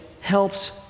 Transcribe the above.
helps